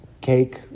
cake